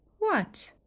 what?